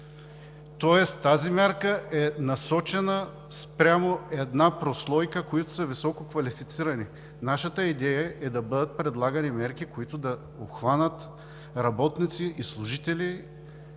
Тоест тази мярка е насочена спрямо една прослойка от висококвалифицирани. Нашата идея е да бъдат предлагани мерки, които да обхванат работници и служители,